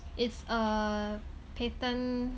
it's a patent